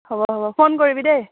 হ'ব হ'ব ফোন কৰিবি দেই